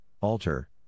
alter